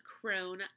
crone